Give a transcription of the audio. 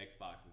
Xboxes